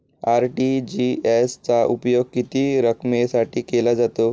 RTGS चा उपयोग किती रकमेसाठी केला जातो?